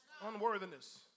Unworthiness